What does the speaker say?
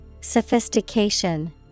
Sophistication